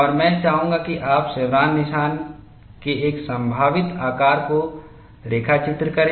और मैं चाहूंगा कि आप शेवरॉन निशान के एक संभावित आकार को रेखा चित्र करें